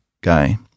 guy